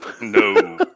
No